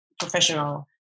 professional